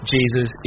Jesus